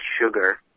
sugar